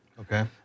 Okay